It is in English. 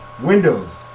windows